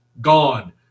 gone